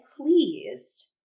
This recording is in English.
pleased